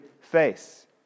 face